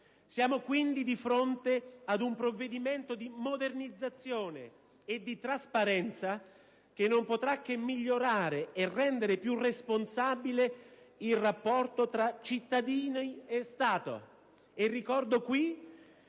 Siamo quindi di fronte ad un provvedimento di modernizzazione e di trasparenza che non potrà che migliorare e rendere più responsabile il rapporto tra cittadini e Stato. Al